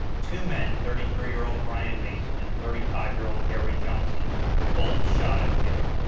two men thirty three year old brian mason and thirty five year old gary johnson were both shot and killed.